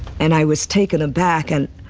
and i was taken aback and